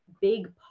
big